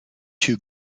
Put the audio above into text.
two